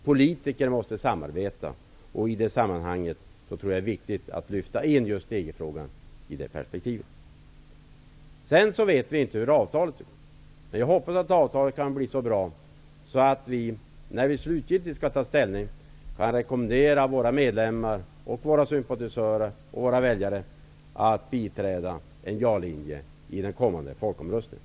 Politiker måste samarbeta, och i det sammanhanget är det viktigt att lyfta in just EG-frågan i perspektivet. Vi vet inte hur avtalet kommer att se ut. Vi hoppas att avtalet kan bli så bra att vi, när vi slutgiltigt skall ta ställning, kan rekommendera våra medlemmar, sympatisörer och väljare att biträda ja-linjen i den kommande folkomröstningen.